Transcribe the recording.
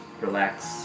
relax